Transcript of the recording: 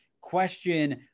question